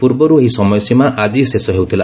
ପୂର୍ବରୁ ଏହି ସମୟସୀମା ଆଜି ଶେଷ ହେଉଥିଲା